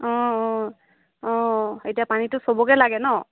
অঁ অঁ অঁ এতিয়া পানীটো সবকে লাগে নহ্